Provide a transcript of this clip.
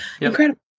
Incredible